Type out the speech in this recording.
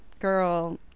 Girl